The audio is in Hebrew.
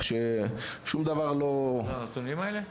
יש לך את הנתונים האלה?